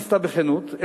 ניסתה בכנות,